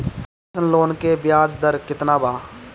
Education loan की ब्याज दर केतना बा?